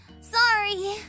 Sorry